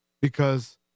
because-